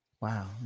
Wow